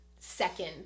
second